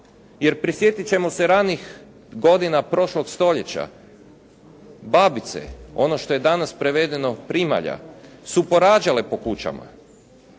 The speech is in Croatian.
Jer, prisjetit ćemo se ranijih godina prošlog stoljeća. Babice, ono što je danas prevedeno primalja su porađale po kućama,